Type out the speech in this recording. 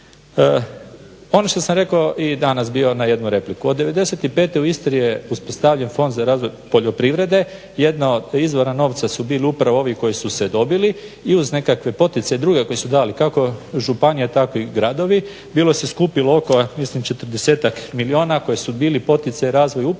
Ono što sam rekao i danas bio na jednu repliku, od 95. u Istri je uspostavljen fond za razvoj poljoprivrede jedna od izvora novca su bili upravo ovi koji su se dobili i uz nekakve poticaje druge koji su davali, kako županija tako i gradovi, bilo se skupilo oko mislim 40 milijuna koji su bili poticaj razvoju upravo